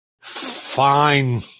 fine